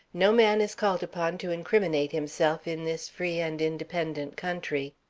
no man is called upon to incriminate himself in this free and independent country.